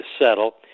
settle